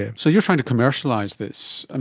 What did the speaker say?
yeah so you are trying to commercialise this. and